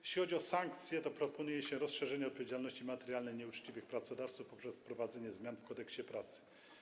Jeśli chodzi o sankcje, to proponuje się rozszerzenie odpowiedzialności materialnej nieuczciwych pracodawców poprzez wprowadzenie zmian w Kodeksie pracy.